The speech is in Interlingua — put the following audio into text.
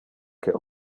que